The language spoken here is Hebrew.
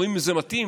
רואים אם זה מתאים,